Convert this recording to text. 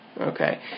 okay